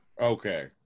okay